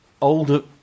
older